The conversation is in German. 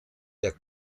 der